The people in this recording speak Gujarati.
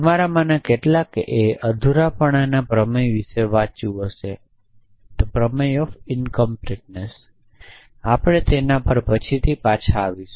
તમારામાંના કેટલાકએ અધૂરાપણાના પ્રમેય વિશે વાંચ્યું હશે આપણે તેના પર પછીથી પાછા આવીશું